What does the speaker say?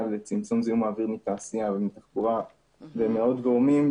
לצמצום זיהום האוויר מתעשייה ומתחבורה ומעוד גורמים,